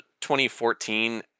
2014